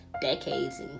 decades